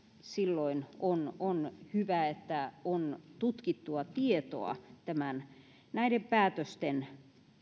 silloin on on hyvä että on tutkittua tietoa näiden päätösten